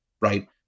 Right